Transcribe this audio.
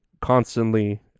constantly